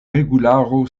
regularo